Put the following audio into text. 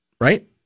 Right